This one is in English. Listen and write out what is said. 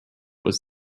was